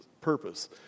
purpose